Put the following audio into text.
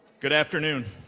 good afternoon.